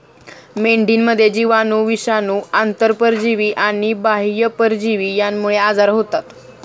मेंढीमध्ये जीवाणू, विषाणू, आंतरपरजीवी आणि बाह्य परजीवी यांमुळे आजार होतात